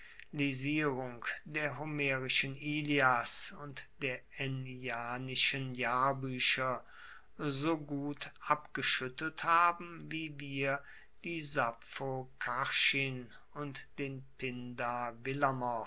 der homerischen ilias und der ennianischen jahrbuecher so gut abgeschuettelt haben wie wir die sappho karschin und den pindar willamov